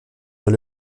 dans